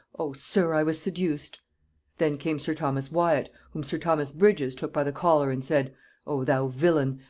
o sir! i was seduced then came sir thomas wyat, whom sir thomas bridges took by the collar, and said o thou villain!